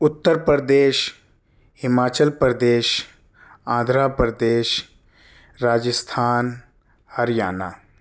Uttar Pradesh Himachal Pradesh Andhra Pradesh Rajasthan Haryana